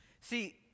see